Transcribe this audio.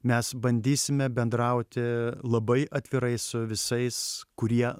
mes bandysime bendrauti labai atvirai su visais kurie